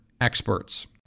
experts